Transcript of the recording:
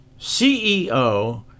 CEO